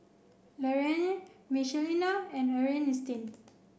Laraine Michelina and Earnestine